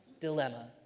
dilemma